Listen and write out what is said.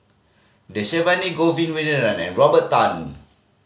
Dhershini Govin Winodan and Robert Tan